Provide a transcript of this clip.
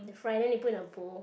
they fry then they put in a bowl